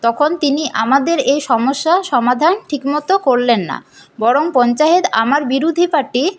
তখন তিনি আমাদের এই সমস্যার সমাধান ঠিক মতো করলেন না বরং পঞ্চায়েত আমার বিরোধী পার্টির